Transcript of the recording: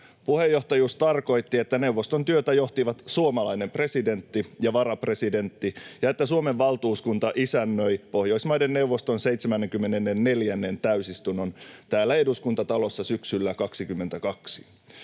Puheenjohtajuus tarkoitti, että neuvoston työtä johtivat suomalainen presidentti ja varapresidentti ja että Suomen valtuuskunta isännöi Pohjoismaiden neuvoston 74. täysistunnon täällä Eduskuntatalossa syksyllä 22.